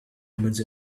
omens